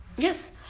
Yes